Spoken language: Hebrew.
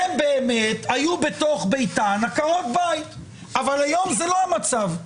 הן היו בתוך ביתן עקרות בית אבל היום זה לא המצב.